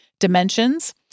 dimensions